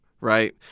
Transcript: Right